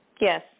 Yes